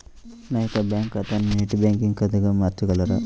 నా యొక్క బ్యాంకు ఖాతాని నెట్ బ్యాంకింగ్ ఖాతాగా మార్చగలరా?